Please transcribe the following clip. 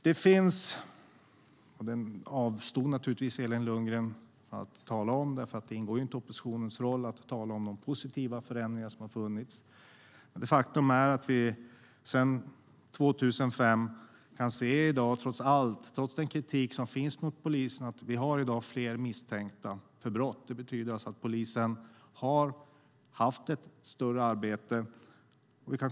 Det ingår inte i oppositionens roll att tala om de positiva förändringar som skett, så Elin Lundgren avstod naturligtvis från att tala om det, men faktum är att vi i dag, trots den kritik som förts fram mot polisen, har fler misstänkta för brott än 2005. Det betyder att polisen har gjort ett större arbete.